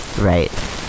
Right